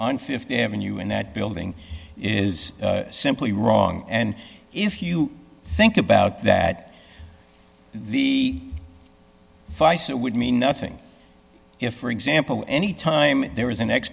on th avenue and that building is simply wrong and if you think about that the vice it would mean nothing if for example any time there is an